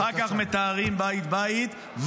-- אחר כך מטהרים בית-בית.